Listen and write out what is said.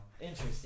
Interesting